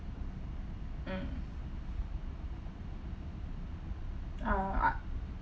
mm uh I